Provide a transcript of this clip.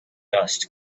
dust